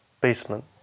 basement